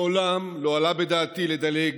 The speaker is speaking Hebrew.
מעולם לא עלה בדעתי לדלג